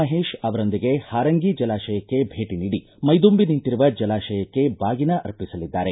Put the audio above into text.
ಮಹೇಶ್ ಅವರೊಂದಿಗೆ ಹಾರಂಗಿ ಜಲಾಶಯಕ್ಕೆ ಭೇಟಿ ನೀಡಿ ಮೈದುಂಬಿ ನಿಂತಿರುವ ಜಲಾಶಯಕ್ಕೆ ಬಾಗಿನ ಅರ್ಪಿಸಲಿದ್ದಾರೆ